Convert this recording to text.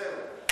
זהו.